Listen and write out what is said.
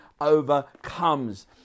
overcomes